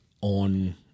on